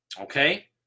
Okay